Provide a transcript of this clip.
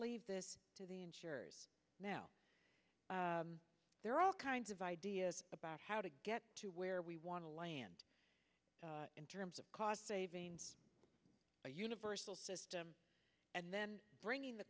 leave this to the insurers now there are all kinds of ideas about how to get to where we want to land in terms of cost savings a universal system and then bringing the